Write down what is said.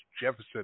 jefferson